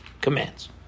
commands